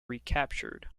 recaptured